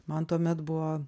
man tuomet buvo